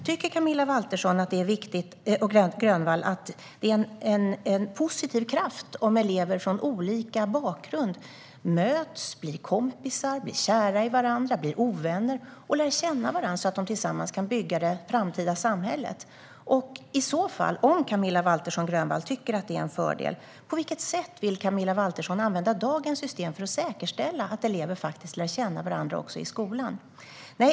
Tycker Camilla Waltersson Grönvall att det är en positiv kraft om elever från olika bakgrund möts, blir kompisar, blir kära i varandra, blir ovänner och lär känna varandra så att de tillsammans kan bygga det framtida samhället? Om Camilla Waltersson Grönvall tycker att det är en fördel, på vilket sätt vill Camilla Waltersson Grönvall i så fall använda dagens system för att säkerställa att elever lär känna varandra också i skolan?